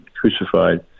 crucified